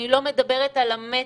אני לא מדברת על המתח